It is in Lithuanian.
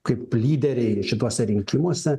kaip lyderei šituose rinkimuose